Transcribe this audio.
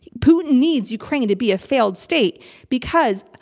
putin needs ukraine to be a failed state because,